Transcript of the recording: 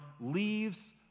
leaves